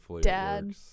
dad